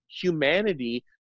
humanity